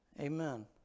amen